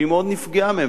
שהיא מאוד נפגעה מהן,